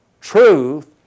truth